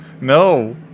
No